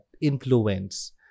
influence